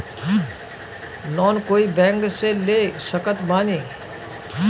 Loan कोई bank से ले सकत बानी?